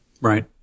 right